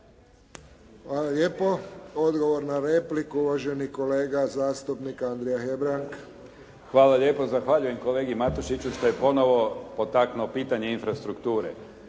Hvala lijepo. Odgovor na repliku, uvaženi kolega zastupnik Andrija Hebrang. **Hebrang, Andrija (HDZ)** Hvala lijepa. Zahvaljujem kolegi Matušiću što je ponovo potaknuo pitanje infrastrukture.